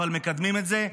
אבל מקדמים את זה.